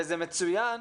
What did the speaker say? וזה מצוין,